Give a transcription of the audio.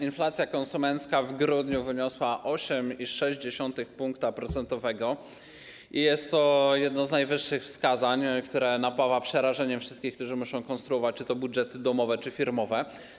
Inflacja konsumencka w grudniu wyniosła 8,6 punktu procentowego i jest to jedno z najwyższych wskazań, które napawa przerażeniem wszystkich, którzy muszą konstruować czy to budżety domowe, czy to budżety firmowe.